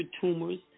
tumors